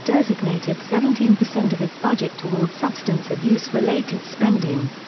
designated seventeen percent of its budget towards substance-abuse-related spending.